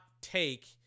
take